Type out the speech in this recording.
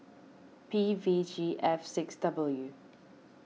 P V G F six W U